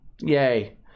yay